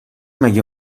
مگه